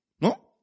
No